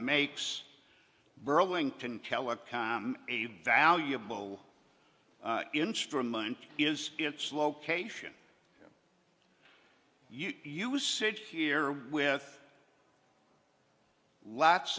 makes burlington telecom a valuable instrument is its location usage here with lots